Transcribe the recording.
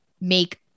make